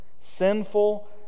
Sinful